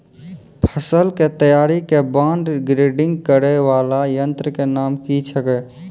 फसल के तैयारी के बाद ग्रेडिंग करै वाला यंत्र के नाम की छेकै?